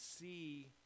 see